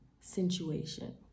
situation